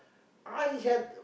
I had